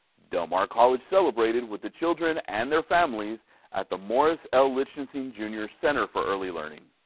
del mar college celebrated with the children and their families at the morris l. lichtenstein junior center for early learning.